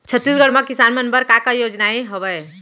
छत्तीसगढ़ म किसान मन बर का का योजनाएं हवय?